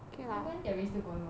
big bang theory still going well for me